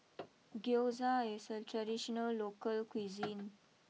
Gyoza is a traditional local cuisine